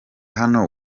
hano